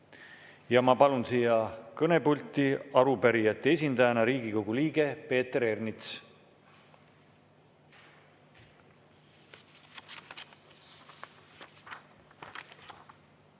Ma palun siia kõnepulti arupärijate esindajana Riigikogu liikme Peeter Ernitsa.